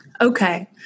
Okay